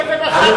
אבן אחת הוא לא,